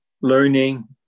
learning